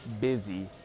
busy